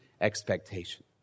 expectation